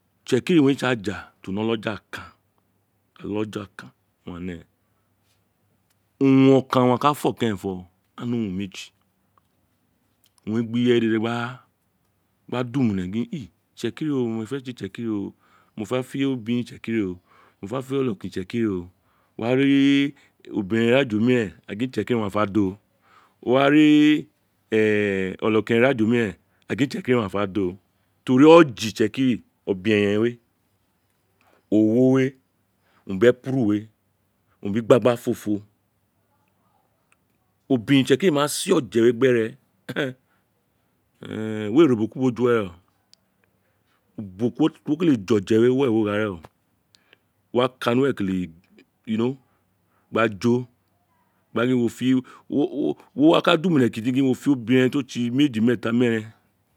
Itsekiri owun re tsi aju ti o ne olaja okan ti o ne olaja okan owun aghan ne owun okan owun a ka fo kerenfo a ni ee owun meji owun we gbi ireye dede gba du mune gin li itsekiri o mo fe fe itsekiri o mo fe obiren itsekiri o mo fe onokeren itsekiri o wo wa ri obiren iraja omiren a gin itsekiri owane afe do wo wa ri ee onokeren iraja omiren a gin itsekiri owun afe do teri oje itsekiri obeyen owo we owane bi epuru we awum gbi igagbafofo obiren itsekiri ma se oje we gbi ere ee ee we re ubo ku ubo ju were o ubo ti uwo kele je oje ren uwe wo gha reen oo wa ka ni uwe kele gba jo gba gbi origho fi wo wa ku du mu ne gin wo fi obiren ti o tsi meji meeta meeren